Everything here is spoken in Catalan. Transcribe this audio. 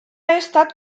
estat